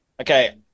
Okay